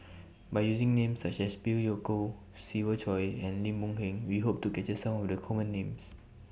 By using Names such as Phey Yew Kok Siva Choy and Lim Boon Heng We Hope to capture Some of The Common Names